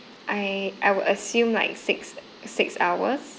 I I would assume like six six hours